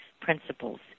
principles